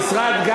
המשרד גם,